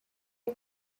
you